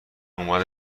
اومدم